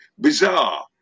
Bizarre